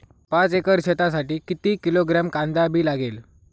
पाच एकर शेतासाठी किती किलोग्रॅम कांदा बी लागेल?